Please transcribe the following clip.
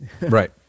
Right